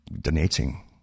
donating